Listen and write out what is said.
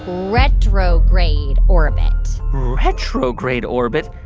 retrograde orbit retrograde orbit?